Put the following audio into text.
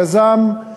יזם את